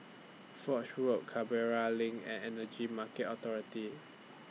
Foch Road Canberra LINK and Energy Market Authority